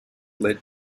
led